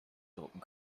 drucken